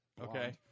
Okay